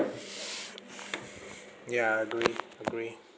ya agree agree